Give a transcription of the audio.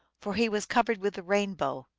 for he was covered with the rainbow